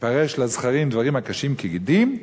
ופרש לזכרים דברים הקשים כגידין",